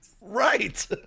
Right